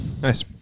Nice